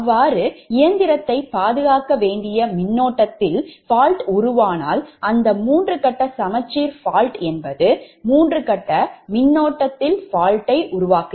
அவ்வாறு இயந்திரத்தை பாதுகாக்க வேண்டிய மின்னோட்டத்தில் fault உருவானால் அந்த மூன்று கட்ட சமச்சீர் fault fault மின்னோட்டத்தை உருவாக்கும்